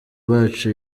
bacu